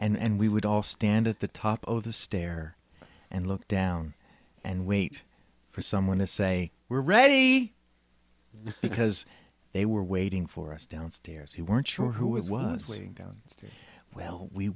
and we would all stand at the top of the stair and look down and wait for someone to say we're ready because they were waiting for us downstairs he weren't sure who it was we don't think well we